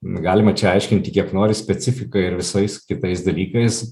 galima čia aiškinti kiek nori specifiką ir visais kitais dalykais